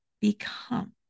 become